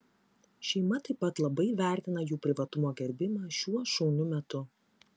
šeima taip pat labai vertina jų privatumo gerbimą šiuo šauniu metu